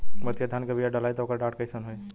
मोतिया धान क बिया डलाईत ओकर डाठ कइसन होइ?